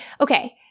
okay